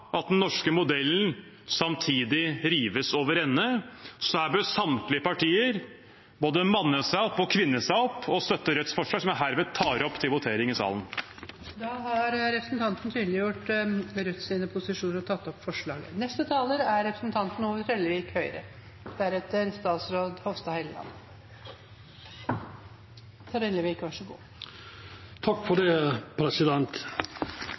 at den norske modellen samtidig rives over ende. Så her bør samtlige partier både manne seg opp og kvinne seg opp og støtte Rødts forslag, som jeg herved tar opp til votering i salen. Representanten Bjørnar Moxnes har